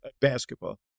basketball